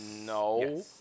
no